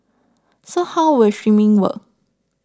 so how will streaming work